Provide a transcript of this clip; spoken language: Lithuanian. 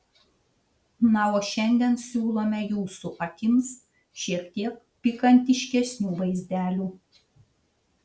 na o šiandien siūlome jūsų akims šiek tiek pikantiškesnių vaizdelių